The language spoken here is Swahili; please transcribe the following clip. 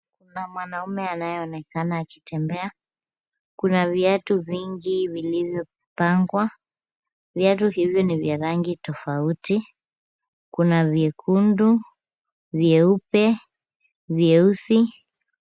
Kuna mwanaume anayeonekana akitembea. Kuna viatu vingi vilivyopangwa. Viatu hivi ni vya rangi tofauti. Kuna vyekundu, vyeupe, vyeusi.